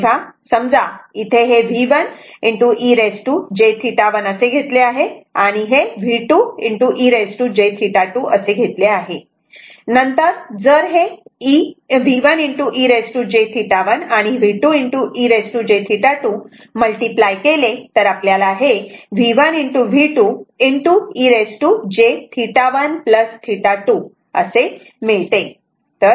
तेव्हा समजा इथे हे V1 e jθ1 असे घेतले आहे आणि हे V2 e jθ2 असे घेतले आहे नंतर जर हे V1 e jθ1 आणि हे V2 e jθ2 असे मल्टिप्लाय केले तर हे V1 V2 e jθ1 θ2 असे येते